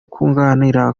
kunganira